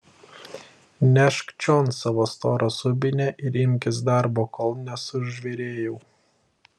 nešk čion savo storą subinę ir imkis darbo kol nesužvėrėjau